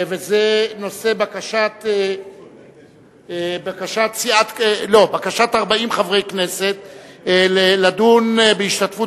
וזה בקשת 40 חברי כנסת לדון בהשתתפות